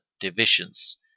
divisions